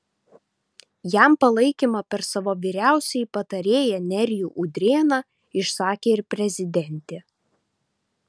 jam palaikymą per savo vyriausiąjį patarėją nerijų udrėną išsakė ir prezidentė